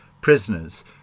prisoners